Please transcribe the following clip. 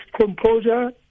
composure